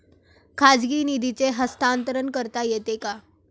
खाजगी निधीचे हस्तांतरण करता येते का?